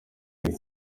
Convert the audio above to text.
iri